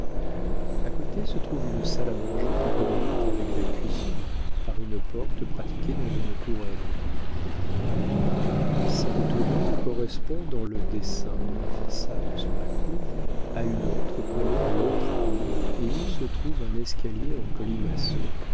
a côté se trouve une salle à manger qui communique avec la cuisine par une porte pratiquée dans une tourelle d'angle cette tourelle correspond dans le dessin de la façade sur la cour à une autre collée à l'autre angle et où se trouve un escalier en colimaçon